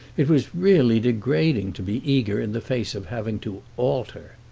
it was really degrading to be eager in the face of having to alter.